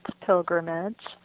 pilgrimage